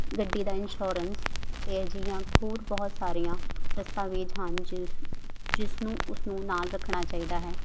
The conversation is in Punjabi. ਗੱਡੀ ਦਾ ਇੰਸ਼ੋਰੈਂਸ ਅਤੇ ਅਜਿਹੀਆਂ ਹੋਰ ਬਹੁਤ ਸਾਰੀਆਂ ਦਸਤਾਵੇਜ਼ ਹਨ ਜਿ ਜਿਸ ਨੂੰ ਉਸਨੂੰ ਨਾਲ ਰੱਖਣਾ ਚਾਹੀਦਾ ਹੈ